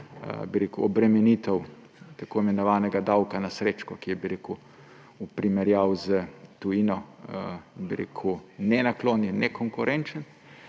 obremenitev tako imenovanega davka na srečke, ki je v primerjavi s tujino nenaklonjen, nekonkurenčen;